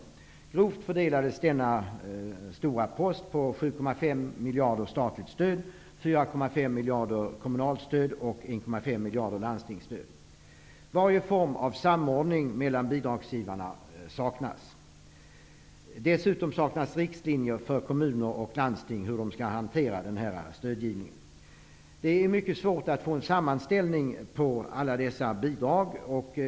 Denna stora post fördelades grovt på 7,5 miljarder i statligt stöd, 4,5 miljarder i kommunalt stöd och 1,5 miljarder i landstingsstöd. Varje form av samordning mellan bidragsgivarna saknas. Dessutom saknas riktlinjer för hur kommuner och landsting skall hantera stödgivningen. Det är mycket svårt att få en sammanställning av alla dessa bidrag.